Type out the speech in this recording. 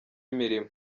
imirimo